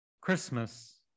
Christmas